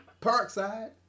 Parkside